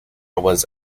was